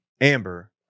Amber